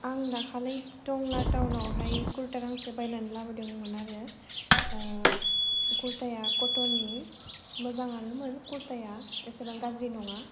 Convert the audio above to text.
आं दाखालि टंला टाउनावहाय कुर्टा गांसे बायना लाबोदोंमोन आरो कुर्टाया कटननि मोजाङानोमोन कुर्टाया एसेबां गाज्रि नङा